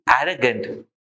arrogant